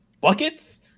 buckets